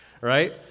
Right